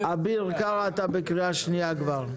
אביר קארה אתה בקריאה שנייה כבר.